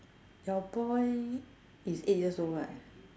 your boy is eight years old right